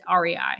REI